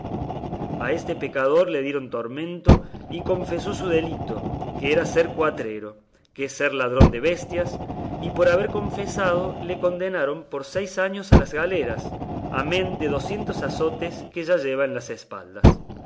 a este pecador le dieron tormento y confesó su delito que era ser cuatrero que es ser ladrón de bestias y por haber confesado le condenaron por seis años a galeras amén de docientos azotes que ya lleva en las espaldas